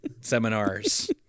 seminars